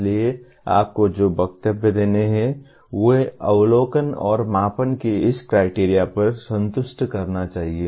इसलिए आपको जो वक्तव्य देने हैं वे अवलोकन और मापन की इस क्राइटेरिया पर संतुष्ट करना चाहिए